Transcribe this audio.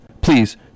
Please